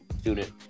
student